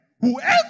Whoever